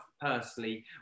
personally